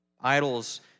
Idols